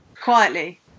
Quietly